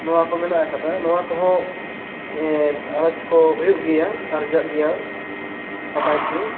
ᱱᱚᱣᱟ ᱠᱚ ᱢᱮᱱᱟᱜ ᱟᱠᱟᱫᱟ ᱱᱚᱣᱟ ᱠᱚᱦᱚᱸ ᱟᱱᱟᱡ ᱠᱚ ᱦᱩᱭᱩᱜ ᱜᱮᱭᱟ ᱟᱨᱡᱟᱜ ᱜᱮᱭᱟ ᱱᱟᱯᱟᱭ ᱛᱮ